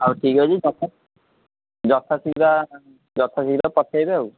ହଉ ଠିକ୍ ଅଛି ଯଥା ଯଥାଶୀଘ୍ର ଯଥାଶୀଘ୍ର ପଠାଇବେ ଆଉ